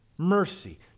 Mercy